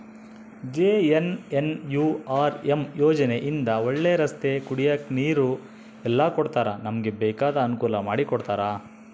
JNNURM ಯೋಜನೆ ಇಂದ ಒಳ್ಳೆ ರಸ್ತೆ ಕುಡಿಯಕ್ ನೀರು ಎಲ್ಲ ಕೊಡ್ತಾರ ನಮ್ಗೆ ಬೇಕಾದ ಅನುಕೂಲ ಮಾಡಿಕೊಡ್ತರ